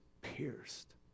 pierced